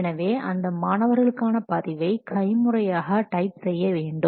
எனவே அந்த மாணவர்களுக்கான பதிவை கைமுறையாக டைப் செய்ய வேண்டும்